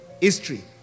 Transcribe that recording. history